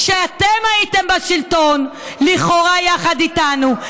כשאתם הייתם בשלטון, לכאורה יחד איתנו,